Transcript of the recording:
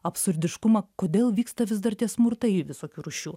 absurdiškumą kodėl vyksta vis dar tie smurtai visokių rūšių